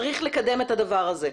צריך לקדם את הדבר הזה.